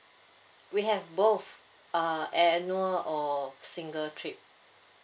we have both uh annual or single trip